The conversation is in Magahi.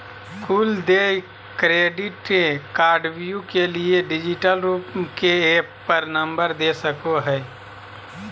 कुल देय क्रेडिट कार्डव्यू के लिए डिजिटल रूप के ऐप पर नंबर दे सको हइ